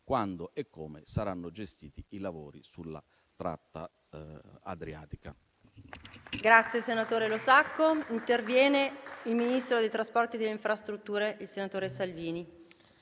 quando e come saranno gestiti i lavori sulla tratta adriatica.